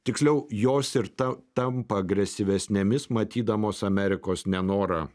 tiksliau jos ir ta tampa agresyvesnėmis matydamos amerikos nenorą